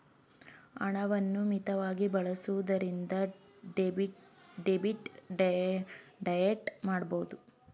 ಹಣವನ್ನು ಮಿತವಾಗಿ ಬಳಸುವುದರಿಂದ ಡೆಬಿಟ್ ಡಯಟ್ ಮಾಡಬಹುದು